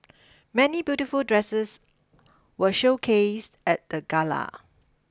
many beautiful dresses were showcased at the Gala